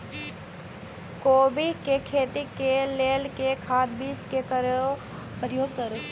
कोबी केँ खेती केँ लेल केँ खाद, बीज केँ प्रयोग करू?